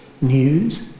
news